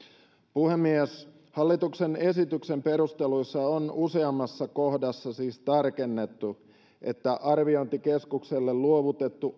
puhemies hallituksen esityksen perusteluissa on useammassa kohdassa siis tarkennettu että arviointikeskukselle luovutettu